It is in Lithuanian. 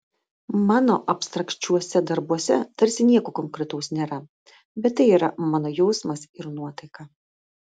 mano abstrakčiuose darbuose tarsi nieko konkretaus nėra bet tai yra mano jausmas ir nuotaika